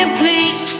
please